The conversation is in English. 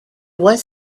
was